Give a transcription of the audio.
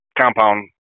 compound